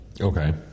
Okay